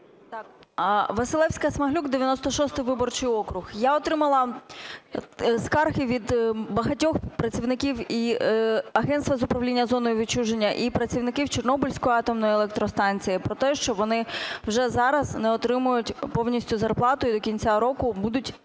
Василевська-Смаглюк, 96 виборчий округ. Я отримала скарги від багатьох працівників, і агентства з управління зоною відчуження, і працівників Чорнобильської атомної електростанції про те, що вони вже зараз не отримують повністю зарплату і до кінця року будуть